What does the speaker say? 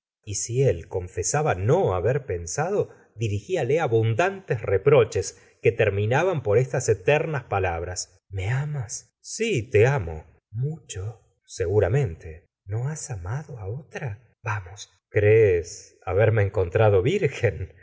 y si él confesaba no haber pensado dirigiale abundantes reproches que terminaban por estas eternas palabras me amas si te amo mucho seguramente no has amado á otra vamos crees haberme encontrado virgen